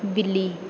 ਬਿੱਲੀ